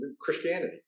Christianity